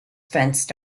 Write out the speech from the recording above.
fenced